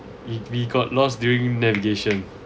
we we got lost during navigation